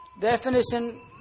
Definition